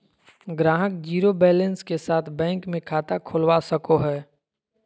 ग्राहक zero balance के साथ बैंक मे खाता खोलवा सको हय